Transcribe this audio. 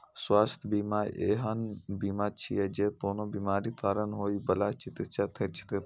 स्वास्थ्य बीमा एहन बीमा छियै, जे कोनो बीमारीक कारण होइ बला चिकित्सा खर्च कें कवर करै छै